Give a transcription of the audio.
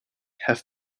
have